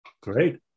Great